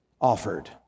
offered